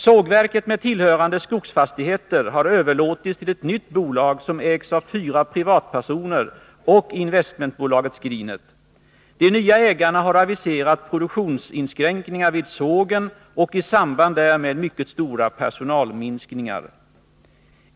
Sågverket med tillhörande skogsfastigheter har överlåtits till ett nytt bolag, som ägs av fyra privatpersoner och Investment AB Skrinet. De nya ägarna har aviserat produktionsinskränkningar vid sågen och i samband därmed mycket stora personalminskningar.